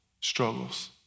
struggles